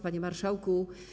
Panie Marszałku!